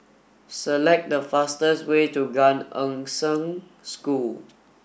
select the fastest way to Gan Eng Seng School